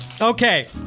Okay